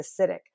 acidic